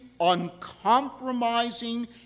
uncompromising